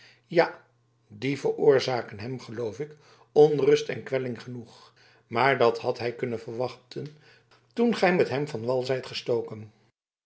ja die veroorzaken hem geloof ik onrust en kwelling genoeg maar dat had hij kunnen verwachten toen gij met hem van wal